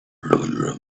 earlier